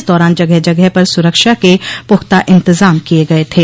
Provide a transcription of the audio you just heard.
इस दौरान जगह जगह पर सुरक्षा के पुख्ता इंतजाम किये गये थे